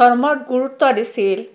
ধৰ্মত গুৰুত্ব দিছিল